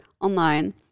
online